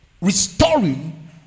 restoring